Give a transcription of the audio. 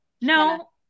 No